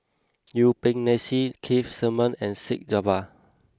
Yuen Peng McNeice Keith Simmons and Syed Albar